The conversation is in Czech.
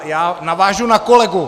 Já navážu na kolegu.